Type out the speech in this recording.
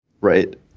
Right